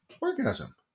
orgasm